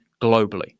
globally